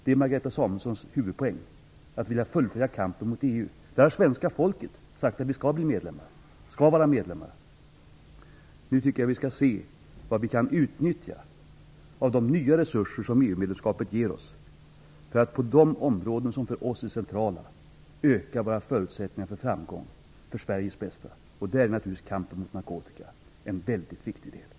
Det är Marianne Samuelssons huvudpoäng att vilja fullfölja kampen mot EU. Svenska folket har sagt att Sverige skall vara medlem. Nu tycker jag att vi skall se vad vi kan utnyttja av de nya resurser som EU-medlemskapet ger oss för att på de områden som för oss är centrala öka våra förutsättningar för framgång, för Sveriges bästa. Där är naturligtvis kampen mot narkotika en väldigt viktig del.